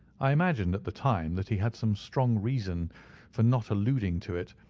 i imagined at the time that he had some strong reason for not alluding to it,